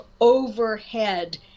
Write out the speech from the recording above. overhead